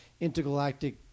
intergalactic